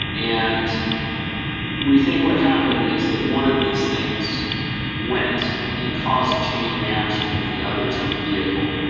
and we think what happened is that one of these things went and caused a chain reaction with the others on the vehicle.